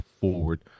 forward